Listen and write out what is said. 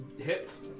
Hits